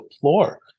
floor